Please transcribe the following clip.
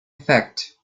effect